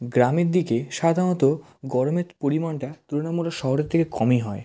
গ্রামের দিকে সাধারণত গরমের পরিমাণটা তুলনামূলক শহরের থেকে কমই হয়